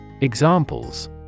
Examples